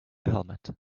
helmet